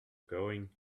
going